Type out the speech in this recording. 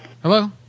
Hello